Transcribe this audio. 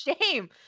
shame